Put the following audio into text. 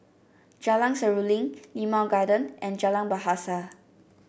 Jalan Seruling Limau Garden and Jalan Bahasa